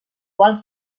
qual